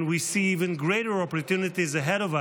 and we see even greater opportunities ahead of us,